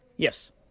Yes